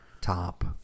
top